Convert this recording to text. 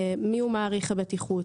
מיהו מעריך הבטיחות,